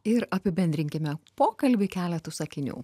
ir apibendrinkime pokalbį keletu sakinių